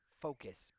focus